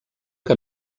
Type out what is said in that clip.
que